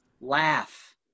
laugh